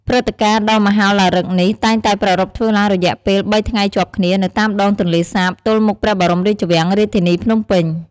ព្រឹត្តិការណ៍ដ៏មហោឡារឹកនេះតែងតែប្រារព្ធធ្វើឡើងរយៈពេលបីថ្ងៃជាប់គ្នា នៅតាមដងទន្លេសាប ទល់មុខព្រះបរមរាជវាំង រាជធានីភ្នំពេញ។